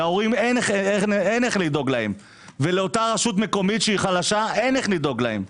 להורים אין איך לדאוג להם ולרשות המקומית שהיא חלשה אין איך לדאוג להם.